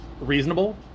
reasonable